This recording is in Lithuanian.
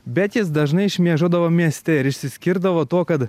bet jis dažnai šmėžuodavo mieste ir išsiskirdavo tuo kad